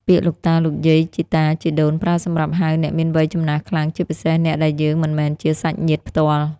ពាក្យ លោកតា លោកយាយ ជីតា ជីដូន ប្រើសម្រាប់ហៅអ្នកមានវ័យចំណាស់ខ្លាំង ជាពិសេសអ្នកដែលយើងមិនមែនជាសាច់ញាតិផ្ទាល់។